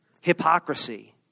hypocrisy